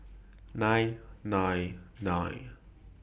nine nine nine